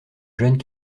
jeunes